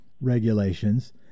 regulations